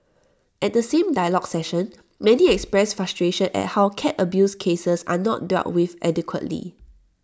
at the same dialogue session many expressed frustration at how cat abuse cases are not dealt with adequately